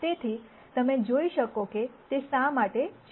તેથી તમે જોઈ શકો છો કે તે શા માટે છે